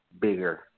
bigger